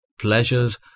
Pleasures